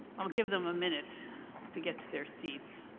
i'll give them a minute to get to their seats.